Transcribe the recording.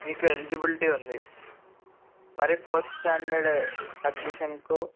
మీకు ఎలిజిబిలిటీ ఉంది మరి ఫోర్త్ స్టాండర్డ్ అడ్మిషన్కు